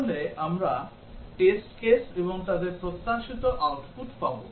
তাহলে আমরা test case এবং তাদের প্রত্যাশিত আউটপুট পাব